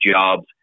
Jobs